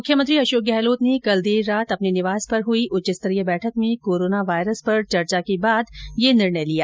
मुख्यमंत्री अशोक गहलोत ने कल देर रात अपने निवास पर हुई उच्चस्तरीय बैठक में कोरोना वायरस पर चर्चा के बाद यह निर्णय लिया